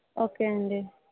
okay అండి